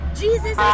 Jesus